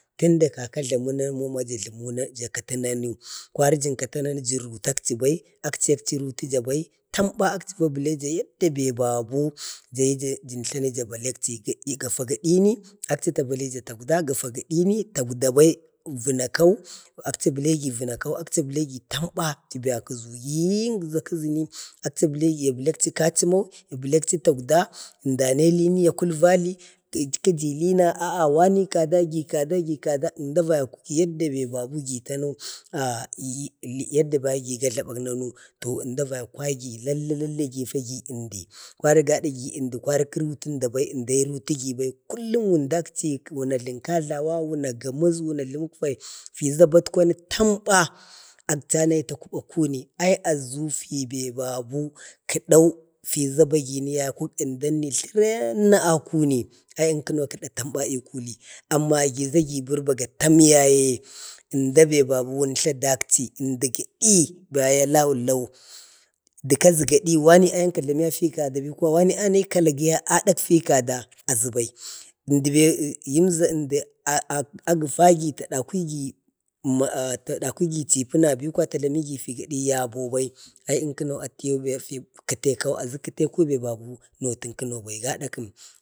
tunda kaka jlumuna ja kətu nanu. kwari jan kata nanu ja rutakchəm bai akchiye akchi rutujabai. tamba akchi va bə laija yadda be babu jan tlana ja bəlaiyikchi. gafa gadi ni akchi tabali ja takwda imi gadini takwda bai, vənakau, akcha bəlaigi vəna kau, akchi bəlaigi tmaba akchi biya ya bəlikchi takwda əmda nailini ya kudrahi kəjilina a'a wani kada, gi kada gigadu əmda vaiko yadda babu gi tanau, yadda agi vajlabəl nanu, əmda vai kwagi, lalla lallai gifa gi əmdi. kwari gada gi əmdi kwari kəruta əmdi bai, əmdaye rutigilai, kullum yin dakchi wun ajləmi kajlawa wunna masgu wun ajləmək fai, fia ba ətkwairi tamba akchi a nayi ta kubu akuni ai aʒu fibai, babu, kədau fiʒa bagini yaiku əmdanni tləbenna akuni ai əmchunno kəda tamba i kuli. amma giʒa gi tərba gatam yaye əndabeto wuntla dakchi, əmda gadi i da ya laulau də kəʒa gadi wane ayan kajlamiya fi kada bikwaya ayan kalagiya idak fi kada, aʒubai. ʒmdibe yinʒa ah a gəfagi ta dawhigi chibəna bikwaya ta jlamigi figadi ya baubai ai ənkənau atiyau fi bai kətekau naitu ənkano bai